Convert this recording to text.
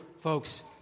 folks